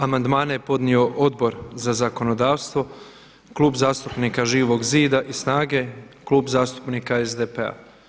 Amandmane je podnio Odbor za zakonodavstvo, Klub zastupnika Živog zida i SNAGA-e, Klub zastupnika SDP-a.